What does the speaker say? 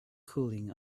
cooling